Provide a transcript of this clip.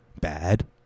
bad